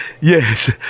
Yes